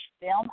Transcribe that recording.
film